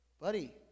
buddy